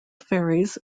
fairies